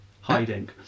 hiding